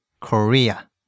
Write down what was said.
Korea